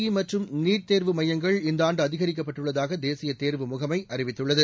இ மற்றும் நீட் தேர்வு மையங்கள் இந்த ஆண்டு அதிகரிக்கப்பட்டுள்ளதாக தேசிய தேர்வு முகமை அறிவித்துள்ளது